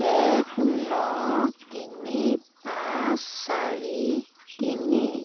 এক ন তিনি পাঁচ চাৰি তিনি